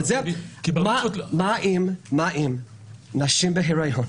מה עם נשים בהריון?